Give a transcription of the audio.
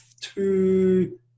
two